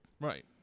Right